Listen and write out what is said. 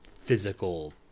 physical